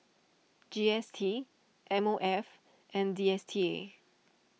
G S T M O F and D S T A